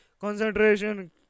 concentration